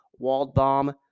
Waldbaum